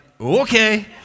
okay